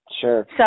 Sure